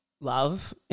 love